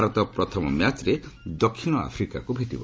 ଭାରତ ପ୍ରଥମ ମ୍ୟାଚ୍ରେ ଦକ୍ଷିଣ ଆଫିକାକୁ ଭେଟିବ